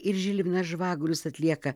ir žilvinas žvagulius atlieka